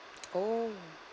oh